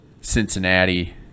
cincinnati